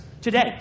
today